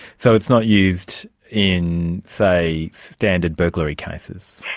so it's not used in say, standard burglary cases.